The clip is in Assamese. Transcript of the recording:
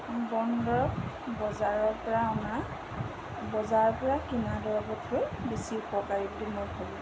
বনদৰৱ বজাৰৰপৰা অনা বজাৰৰপৰা কিনা দৰৱতকৈ বেছি উপকাৰী বুলি মই ভাবোঁ